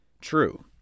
true